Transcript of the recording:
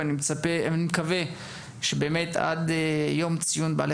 ואני מקווה שבאמת עד יום ציון בעלי